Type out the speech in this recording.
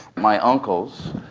my uncles,